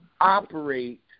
operate